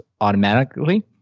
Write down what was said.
automatically